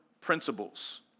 principles